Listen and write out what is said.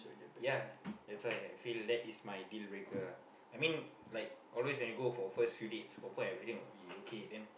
ya that's why I feel like that is my deal breaker ah I mean like always when you go for first few dates confirm everything will be okay then